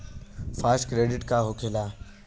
Fast credit का होखेला?